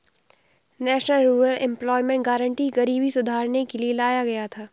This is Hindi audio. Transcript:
नेशनल रूरल एम्प्लॉयमेंट गारंटी गरीबी सुधारने के लिए लाया गया था